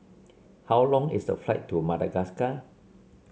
how long is the flight to Madagascar